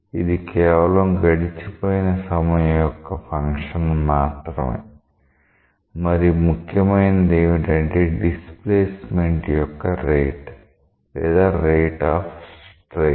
ఇది కేవలం గడిచిపోయిన సమయం యొక్క ఫంక్షన్ మాత్రమే మరి ముఖ్యమైనది ఏంటంటే డిస్ప్లేస్మెంట్ యొక్క రేట్ లేదా రేట్ ఆఫ్ స్ట్రెయిన్